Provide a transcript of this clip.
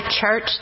church